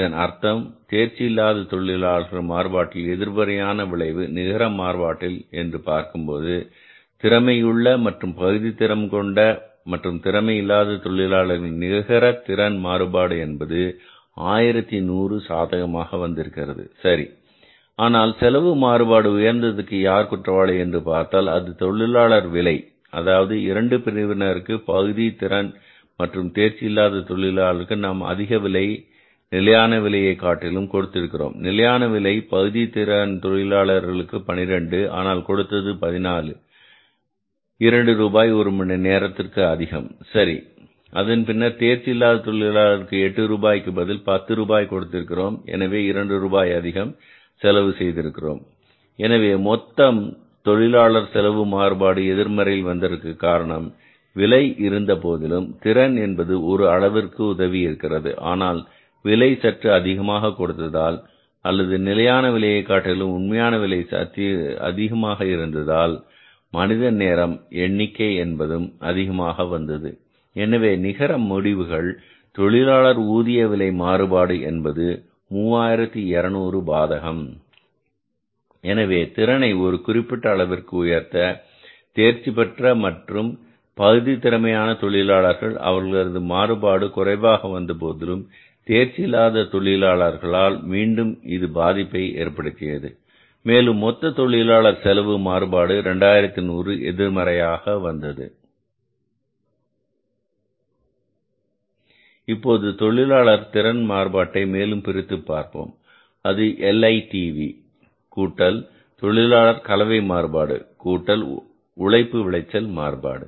இதன் அர்த்தம் தேர்ச்சி இல்லாத தொழிலாளர்கள் மாறுபாட்டின் எதிர்மறையான விளைவு நிகர மாறுபாட்டில் என்று பார்க்கும்போது திறமையுள்ள மற்றும் பகுதி திறன் கொண்ட மற்றும் திறமை இல்லாத தொழிலாளர்களின் நிகர திறன் மாறுபாடு என்பது 1100 சாதகமாக வந்திருக்கிறது சரி ஆனால் செலவு மாறுபாடு உயர்ந்ததற்கு யார் குற்றவாளி என்று பார்த்தால் அது தொழிலாளர் விலை அதாவது இரண்டு பிரிவினருக்கு பகுதி திறன் மற்றும் தேர்ச்சி இல்லாத தொழிலாளர்களுக்கு நாம் அதிக விலை நிலையான விலையை காட்டிலும் கொடுத்திருக்கிறோம் நிலையான விலை பகுதி திறன் தொழிலாளருக்கு 12 ஆனால் கொடுத்தது 14 இரண்டு ரூபாய் ஒரு மணி நேரத்திற்கு அதிகம் சரி அதன் பின்னர் தேர்ச்சி இல்லாத தொழிலாளர்களுக்கு 8 ரூபாய்க்கு பதில் 10 ரூபாய் கொடுத்திருக்கிறோம் எனவே இரண்டு ரூபாய் அதிகம் செலவு செய்திருக்கிறோம் எனவே மொத்த தொழிலாளர் செலவு மாறுபாடு எதிர்மறையில் வந்ததற்கு காரணம் விலை இருந்தபோதிலும் திறன் என்பது ஒரு அளவிற்கு உதவியிருக்கிறது ஆனால் விலை சற்று அதிகமாக கொடுத்ததால் அல்லது நிலையான விலையை காட்டிலும் உண்மையான விலை அதிகமான வித்யாசம் இருந்ததால் மனித நேரம் எண்ணிக்கை என்பதும் அதிகமாக வந்தது எனவே நிகர முடிவுகள் தொழிலாளர் ஊதிய விலை மாறுபாடு என்பது 3200 பாதகம் எனவே திறனை ஒரு குறிப்பிட்ட அளவிற்கு உயர்த்த தேர்ச்சிபெற்ற மற்றும் பகுதி திறமையான தொழிலாளர்கள் அவர்களது மாறுபாடு குறைவாக வந்தபோதிலும் தேர்ச்சி இல்லாத தொழிலாளர்களால் மீண்டும் இது பாதிப்பை ஏற்படுத்தியது மேலும் மொத்த தொழிலாளர் செலவு மாறுபாடு 2100 எதிர்மறையாக வந்தது இப்போது தொழிலாளர் திறன் மாறுபாட்டை மேலும் பிரித்துப் பார்ப்போம் அது LITV கூட்டல் தொழிலாளர் கலவை மாறுபாடு கூட்டல் உழைப்பு விளைச்சல் மாறுபாடு